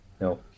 No